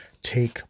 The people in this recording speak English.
Take